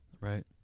Right